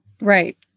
right